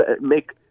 make